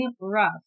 rough